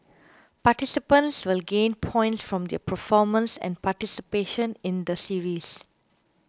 participants will gain points from their performance and participation in the series